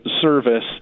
service